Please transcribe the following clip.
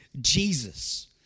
Jesus